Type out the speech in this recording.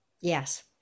Yes